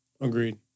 Agreed